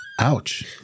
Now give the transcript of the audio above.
Ouch